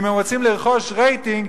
אם הם רוצים לרכוש רייטינג,